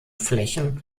flächen